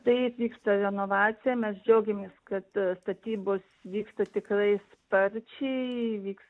taip vyksta renovacija mes džiaugiamės kad statybos vyksta tikrai sparčiai vyks